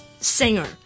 singer